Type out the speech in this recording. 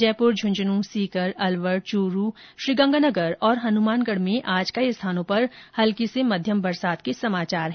जयपुर झुंझुनूं सीकर अलवर चूरू श्रीगंगानगर और हनुमानगढ़ में आज कई स्थानों पर हल्की से मध्यम बरसात के समाचार हैं